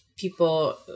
People